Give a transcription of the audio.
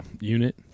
unit